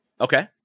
Okay